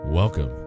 Welcome